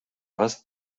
hast